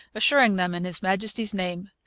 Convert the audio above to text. assuring them, in his majesty's name,